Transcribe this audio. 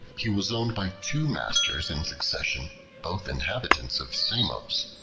he was owned by two masters in succession, both inhabitants of samos,